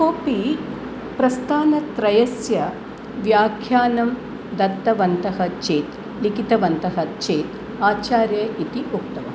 कोपि प्रस्थानत्रयस्य व्याख्यानं दत्तवन्तः चेत् लिखितवन्तः चेत् आचार्य इति उक्तवान्